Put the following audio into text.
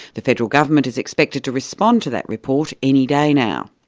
the federal government is expected to respond to that report any day now.